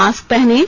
mask पहनें